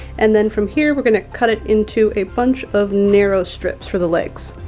and then from here, we're going to cut it into a bunch of narrow strips for the legs.